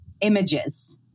images